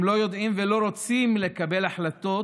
הם לא יודעים ולא רוצים לקבל החלטות